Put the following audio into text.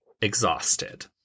exhausted